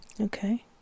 Okay